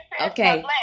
Okay